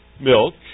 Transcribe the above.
milk